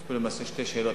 יש כאן למעשה שתי שאלות.